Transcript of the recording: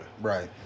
Right